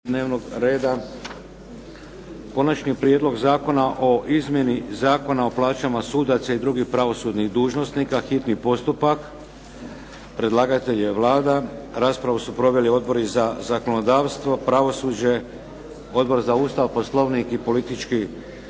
dnevnog reda. - Konačni prijedlog zakona o izmjeni Zakona o plaćama sudaca i drugih pravosudnih dužnosnika, hitni postupak, prvo i drugo čitanje, P.Z. br. 307 Predlagatelj je Vlada. Raspravu su proveli odbori za zakonodavstvo, pravosuđe, Odbor za Ustav, poslovnik i politički